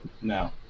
no